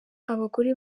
abagore